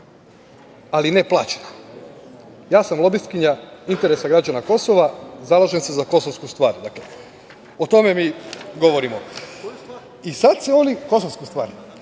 ali ne plaćen, ja sam lobistkinja interesa građana Kosova, zalažem se za kosovsku stvar. Dakle, o tome mi govorimo. I sada se oni kolektivno